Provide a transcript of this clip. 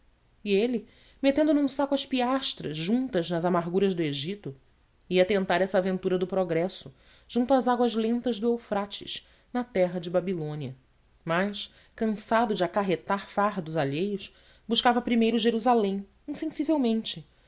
e ele metendo num saco as piastras juntas nas amarguras do egito ia tentar essa aventura do progresso junto às águas lentas do eufrates na terra de babilônia mas cansado de acarretar fardos alheios buscava primeiro jerusalém insensivelmente